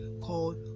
called